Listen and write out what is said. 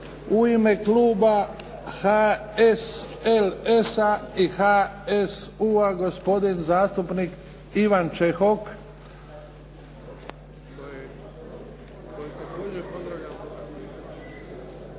U ime HSLS-a i HSU-a gospodin zastupnik Ivan Čehok.